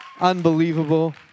unbelievable